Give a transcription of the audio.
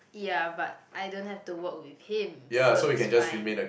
ya but I don't have to work with him so it's fine